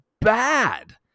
bad